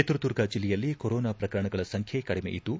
ಚಿತ್ರದುರ್ಗ ಜಿಲ್ಲೆಯಲ್ಲಿ ಕೊರೋನಾ ಪ್ರಕರಣಗಳ ಸಂಖ್ಯೆ ಕಡಿಮೆಯಿದ್ದು